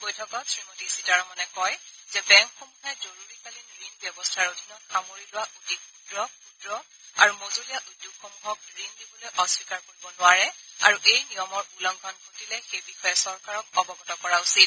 বৈঠকত শ্ৰীমতী সীতাৰমণে কয় যে বেংকসমূহে জৰুৰীকালীন ঋণ ব্যৱস্থাৰ অধীনত সামৰি লোৱা অতি ক্ষুদ্ৰ ক্ষুদ্ৰ আৰু মজলীয়া উদ্যোগসমূহক ঋণ দিবলৈ অস্নীকাৰ কৰিব নোৱাৰে আৰু এই নিয়মৰ উলংঘন ঘটিলে সেই বিষয়ে চৰকাৰক অৱগত কৰা উচিত